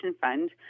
Fund